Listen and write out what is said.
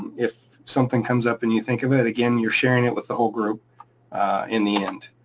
if something comes up and you think of it again, you're sharing it with the whole group in the end.